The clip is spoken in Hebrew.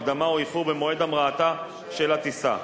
הקדמה או איחור במועד המראתה של הטיסה,